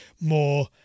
more